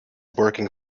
working